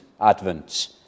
Advent